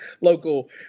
local